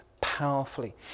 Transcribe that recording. powerfully